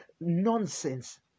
nonsense